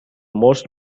most